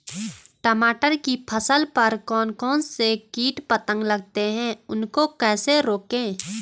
टमाटर की फसल पर कौन कौन से कीट पतंग लगते हैं उनको कैसे रोकें?